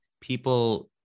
people